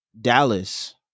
Dallas